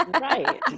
Right